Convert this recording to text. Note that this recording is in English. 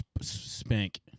Spank